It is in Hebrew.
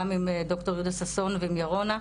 גם עם ד"ר יהודה ששון וירונה,